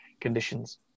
conditions